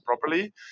properly